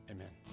Amen